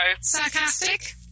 Sarcastic